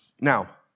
Now